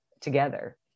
together